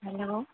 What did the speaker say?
hello